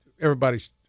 everybody's